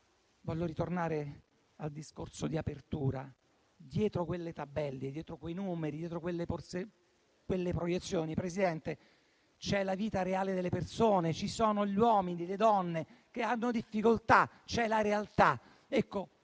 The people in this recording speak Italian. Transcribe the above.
voglio ritornare al discorso di apertura: dietro quelle tabelle, quei numeri e quelle proiezioni, signor Presidente, c'è la vita reale delle persone e ci sono gli uomini e le donne che hanno difficoltà; c'è la realtà. Ecco,